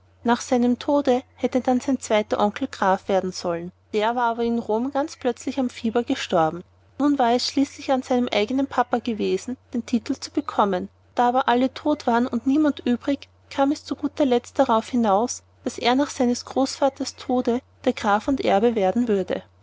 nach einem tode hätte dann sein zweiter onkel graf werden sollen der war aber in rom ganz plötzlich am fieber gestorben nun wäre es schließlich an seinem eignen papa gewesen den titel zu bekommen da aber alle tot waren und niemand übrig kam es zu guter letzt darauf hinaus daß er nach seines großvaters tode der graf und erbe werden würde